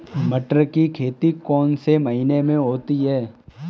मटर की खेती कौन से महीने में होती है?